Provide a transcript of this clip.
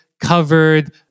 covered